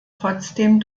trotzdem